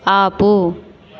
ఆపు